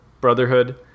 Brotherhood